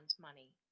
money